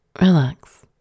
Relax